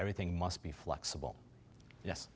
everything must be flexible yes